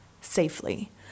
safely